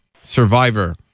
Survivor